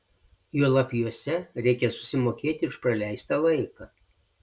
juolab juose reikia susimokėti už praleistą laiką